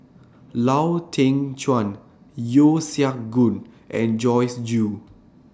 Lau Teng Chuan Yeo Siak Goon and Joyce Jue